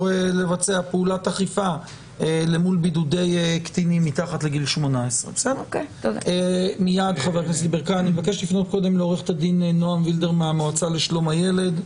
לבצע פעולת אכיפה אל מול בידודי קטינים מתחת לגיל 18. אני מבקש לפנות לעו"ד נעם וילדר מהמועצה לשלום הילד.